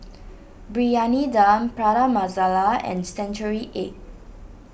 Briyani Dum Prata Masala and Century Egg